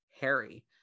harry